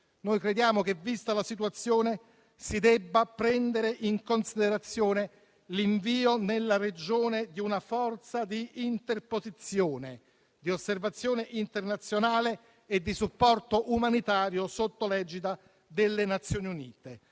Noi crediamo che, vista la situazione, si debba prendere in considerazione l'invio nella regione di una forza di interposizione, di osservazione internazionale e di supporto umanitario, sotto l'egida delle Nazioni Unite.